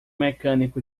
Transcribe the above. mecânico